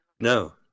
No